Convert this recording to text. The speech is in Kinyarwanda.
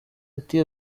ati